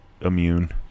immune